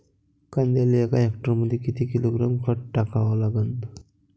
कांद्याले एका हेक्टरमंदी किती किलोग्रॅम खत टाकावं लागन?